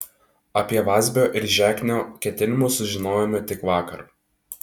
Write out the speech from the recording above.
apie vazbio ir žeknio ketinimus sužinojome tik vakar